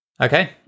Okay